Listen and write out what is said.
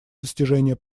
достижения